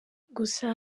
gusa